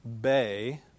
Bay